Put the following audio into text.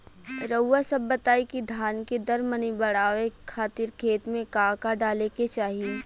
रउआ सभ बताई कि धान के दर मनी बड़ावे खातिर खेत में का का डाले के चाही?